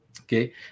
okay